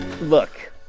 Look